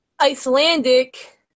Icelandic